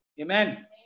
Amen